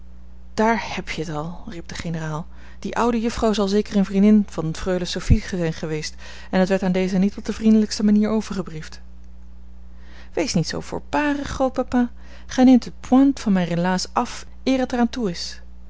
daar heb je t al riep de generaal die oude juffrouw zal zeker een vriendin van freule sophie zijn geweest en het werd aan deze niet op de vriendelijkste manier overgebriefd wees niet zoo voorbarig grootpapa gij neemt de pointe van mijn relaas af eer het er aan toe is